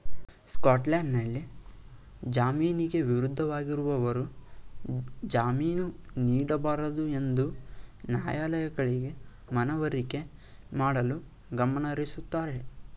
ಸ್ಕಾಟ್ಲ್ಯಾಂಡ್ನಲ್ಲಿ ಜಾಮೀನಿಗೆ ವಿರುದ್ಧವಾಗಿರುವವರು ಜಾಮೀನು ನೀಡಬಾರದುಎಂದು ನ್ಯಾಯಾಲಯಗಳಿಗೆ ಮನವರಿಕೆ ಮಾಡಲು ಗಮನಹರಿಸುತ್ತಾರೆ